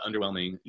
underwhelming